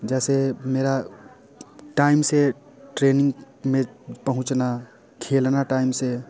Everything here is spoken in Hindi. जैसे मेरा टाइम से ट्रेनिंग में पहुँचना खेलना टाइम से